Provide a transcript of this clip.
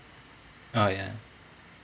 oh ya